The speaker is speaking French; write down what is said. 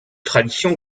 tradition